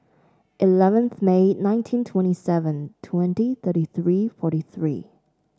eleventh May nineteen twenty seven twenty thirty three forty three